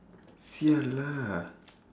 sia lah